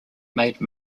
made